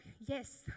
Yes